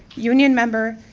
union member,